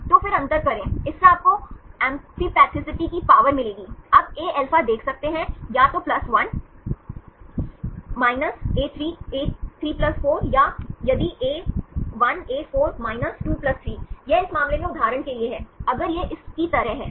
तो फिर अंतर करें इससे आपको एम्फीपैथीसिटी की पावर मिलेगी आप एα देख सकते हैं या तो 1 a3 4 या यदि a 1 a 4 23 यह इस मामले में उदाहरण के लिए है अगर यह इस की तरह है